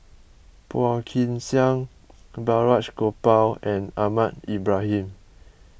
Phua Kin Siang Balraj Gopal and Ahmad Ibrahim